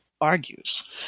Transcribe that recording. argues